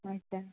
ଆଛା